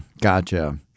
Gotcha